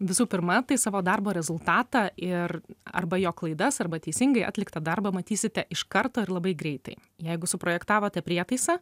visų pirma tai savo darbo rezultatą ir arba jo klaidas arba teisingai atliktą darbą matysite iš karto ir labai greitai jeigu suprojektavote prietaisą